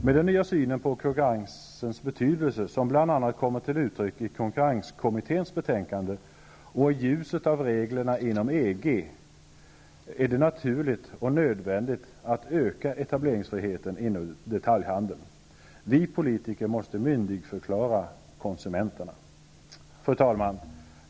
Med den nya synen på konkurrensens betydelse, som bl.a. kommer till uttryck i konkurrenskommitténs betänkande, och i ljuset av reglerna inom EG, är det naturligt och nödvändigt att öka etableringsfriheten inom detaljhandeln. Vi politiker måste myndigförklara konsumenterna. Fru talman!